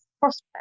prospect